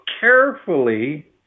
carefully